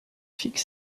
fixes